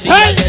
Hey